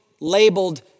labeled